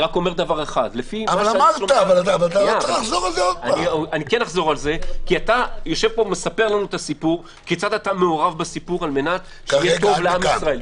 אבל אתה מספר פה איך אתה מעורב בסיפור כדי שיהיה טוב לעם ישראל.